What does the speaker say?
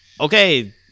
Okay